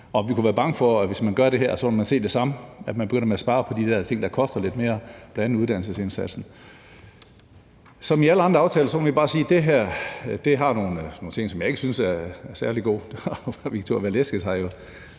vil man se det samme, altså at man begynder at spare på de der ting, der koster lidt mere, bl.a. uddannelsesindsatsen. Som med alle andre aftaler må vi bare sige, at det her har nogle ting, som jeg ikke synes er særlig gode, og fru Victoria Velasquez har så